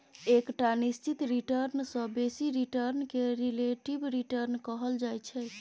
एकटा निश्चित रिटर्न सँ बेसी रिटर्न केँ रिलेटिब रिटर्न कहल जाइ छै